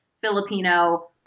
Filipino